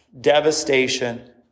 devastation